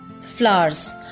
flowers